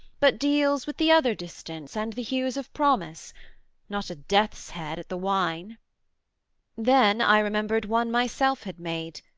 but deals with the other distance and the hues of promise not a death's-head at the wine then i remembered one myself had made,